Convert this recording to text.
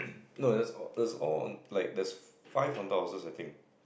no it's it's all on like there's five haunted houses I think